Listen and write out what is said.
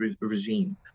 regime